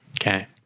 Okay